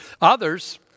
Others